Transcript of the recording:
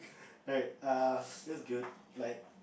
alright uh that's good like